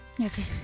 Okay